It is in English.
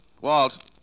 Walt